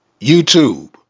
YouTube